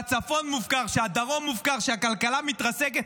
שהצפון מופקר, שהדרום מופקר, שהכלכלה מתרסקת?